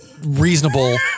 reasonable